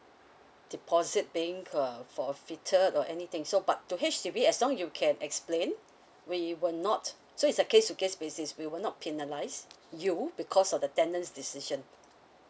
deposit paying uh for fitted or anything so but to H_D_B as long you can explain we will not so it's a case to case basis we will not penalize you because of the tenants decision